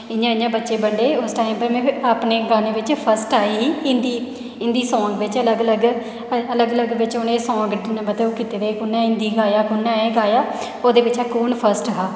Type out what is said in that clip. इंया इंया बच्चें गी बंडे उस टाईम पर में अपने गाने बिच फर्स्ट आई ही हिंदी हिंदी सॉन्ग बिच अलग अलग अलग अलग मतलब उ'नें सॉन्ग कीते दे हे मतलब हिंदी दा कु'नें गाया ओह्दे बिच कु'न फर्स्ट ह